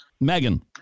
Megan